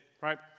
right